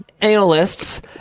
analysts